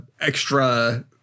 extra